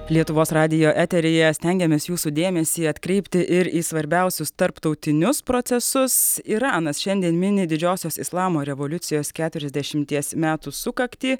lietuvos radijo eteryje stengiamės jūsų dėmesį atkreipti ir į svarbiausius tarptautinius procesus iranas šiandien mini didžiosios islamo revoliucijos keturiasdešimties metų sukaktį